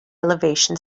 elevation